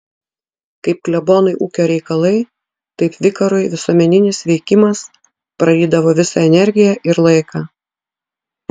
kaip klebonui ūkio reikalai taip vikarui visuomeninis veikimas prarydavo visą energiją ir laiką